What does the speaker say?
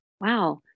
wow